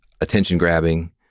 attention-grabbing